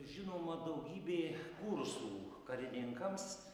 žinoma daugybė kursų karininkams